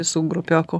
visų grupiokų